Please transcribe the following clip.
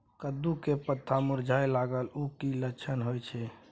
कद्दू के पत्ता मुरझाय लागल उ कि लक्षण होय छै?